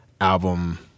album